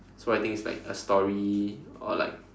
so I think it's like a story or like